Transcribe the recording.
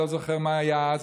אני לא זוכר מה היה אז,